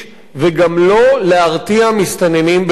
וגם לא להרתיע מסתננים בכוח.